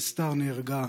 וסטאר נהרגה